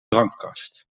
drankkast